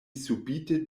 subite